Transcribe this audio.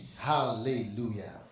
Hallelujah